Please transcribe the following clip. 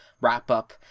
wrap-up